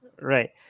Right